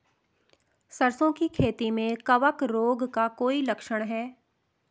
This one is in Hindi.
सरसों की खेती में कवक रोग का कोई लक्षण है?